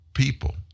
People